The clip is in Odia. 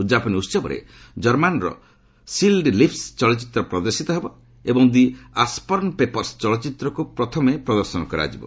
ଉଦ୍ଯାପନୀ ଉହବରେ କର୍ମାନର 'ସିଲ୍ଡ ଲିପ୍ସ' ଚଳଚ୍ଚିତ୍ର ପ୍ରଦର୍ଶୀତ ହେବ ଏବଂ 'ଦି ଆସ୍ପର୍ଣ୍ଣ ପେପର୍ସ୍' ଚଳଚ୍ଚିତ୍ରକୁ ପଥ ପ୍ରଦର୍ଶନ କରାଯିବ